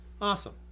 Awesome